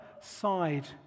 side